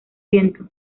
viento